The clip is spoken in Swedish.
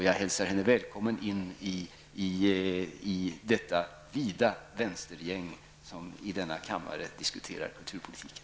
Jag hälsar henne välkommen in i detta breda vänstergäng som i denna kammare diskuterar kulturpolitiken.